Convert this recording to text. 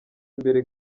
imbere